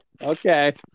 Okay